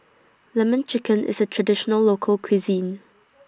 Lemon Chicken IS A Traditional Local Cuisine